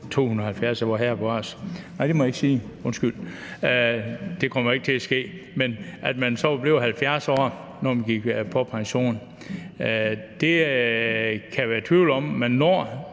at man så var blevet 70 år, når man gik på pension. Jeg kan være i tvivl om, om man når